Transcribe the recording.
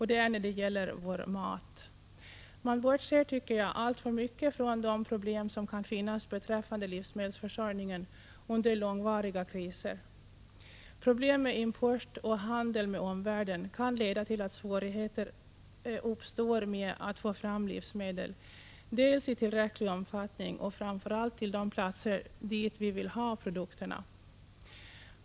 Det är när det gäller vår mat. Man bortser, tycker jag, alltför mycket från de problem som kan finnas beträffande livsmedelsförsörjningen under långvariga kriser. Problem med import och handel med omvärlden kan leda till att svårigheter uppstår med att få fram livsmedel, dels i tillräcklig omfattning, dels och framför allt till de platser dit vi vill ha produkterna.